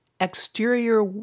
exterior